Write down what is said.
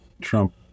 Trump